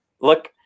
look